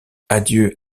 adieu